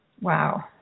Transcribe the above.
Wow